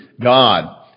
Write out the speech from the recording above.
God